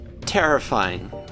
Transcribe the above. terrifying